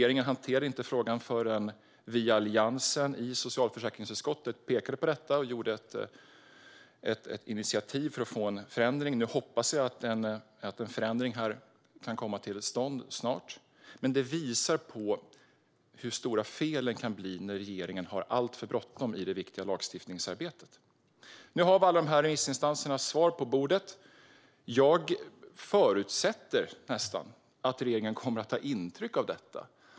Regeringen hanterade inte frågan förrän vi i Alliansen pekade på detta i socialförsäkringsutskottet och tog ett initiativ för att få en förändring, som jag hoppas nu kan komma till stånd snart. Detta visar hur stora fel det kan bli när regeringen har alltför bråttom i det viktiga lagstiftningsarbetet. Nu har vi alla remissinstansernas svar på bordet. Jag förutsätter att regeringen kommer att ta intryck av dem.